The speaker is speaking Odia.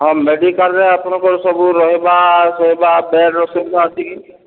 ହଁ ମେଡ଼ିକାଲ୍ରେ ଆପଣଙ୍କର୍ ସବୁ ରହ୍ବା ଶୋଇବା ବେଡ଼୍ର ସୁବିଧା ଅଛି କି